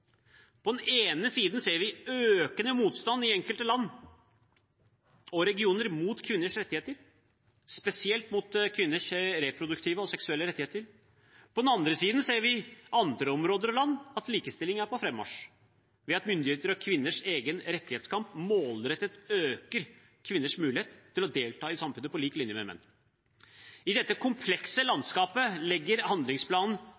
På den ene siden ser vi økende motstand i enkelte land og regioner mot kvinners rettigheter, spesielt mot kvinners reproduktive og seksuelle rettigheter. På den andre siden viser andre områder og land at likestillingen er på frammarsj ved at myndigheter og kvinners egen rettighetskamp målrettet øker kvinners mulighet å delta i samfunnet på lik linje med menn. I dette komplekse landskapet legger handlingsplanen